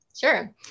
Sure